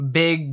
big